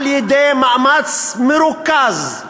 על-ידי מאמץ מרוכז,